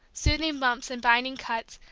soothing bumps and binding cuts,